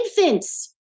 infants